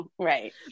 Right